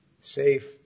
Safe